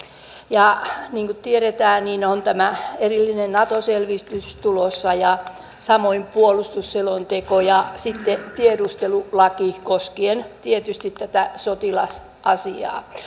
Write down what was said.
ja niin kuin tiedetään tämä erillinen nato selvitys on tulossa ja samoin puolustusselonteko ja sitten tiedustelulaki koskien tietysti tätä sotilasasiaa